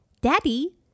Daddy